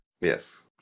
Yes